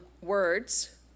words